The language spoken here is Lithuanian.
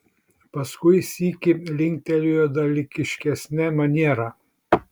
paskui sykį linktelėjo dalykiškesne maniera